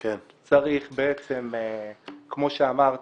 צריך, כמו שאמרת,